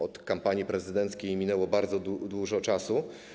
Od kampanii prezydenckiej minęło bardzo dużo czasu.